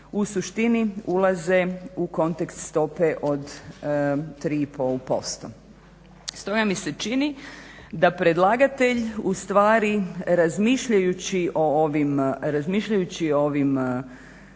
u suštini ulaze u kontekst stope od 3,5%. Stoga mi se čini da predlagatelj ustvari razmišljajući o ovim